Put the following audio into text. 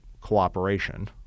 cooperation